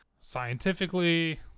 scientifically